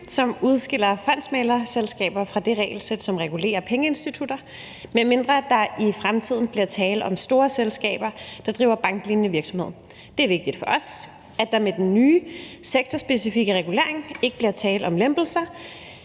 som udskiller fondsmæglerselskaber fra det regelsæt, som regulerer pengeinstitutter, medmindre der i fremtiden bliver tale om store selskaber, der driver banklignende virksomhed. Det er vigtigt for os, at der med den nye sektorspecifikke regulering ikke bliver tale om lempelser,